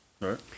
Right